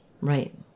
Right